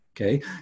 Okay